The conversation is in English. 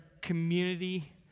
community